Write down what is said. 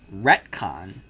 retcon